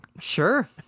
sure